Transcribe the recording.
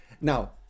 Now